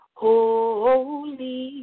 holy